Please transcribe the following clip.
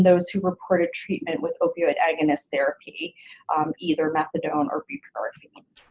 those who reported treatment with opioid agonist therapy either methadone or buprenorphine.